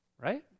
right